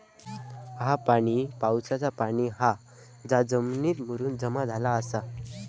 ह्या पाणी पावसाचा पाणी हा जा जमिनीत मुरून जमा झाला आसा